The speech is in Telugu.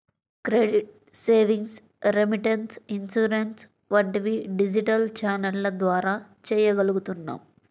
క్రెడిట్, సేవింగ్స్, రెమిటెన్స్, ఇన్సూరెన్స్ వంటివి డిజిటల్ ఛానెల్ల ద్వారా చెయ్యగలుగుతున్నాం